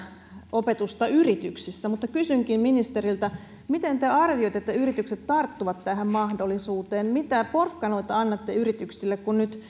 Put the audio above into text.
opetusta yrityksissä mutta kysynkin ministeriltä miten te arvioitte että yritykset tarttuvat tähän mahdollisuuteen mitä porkkanoita annatte yrityksille kun nyt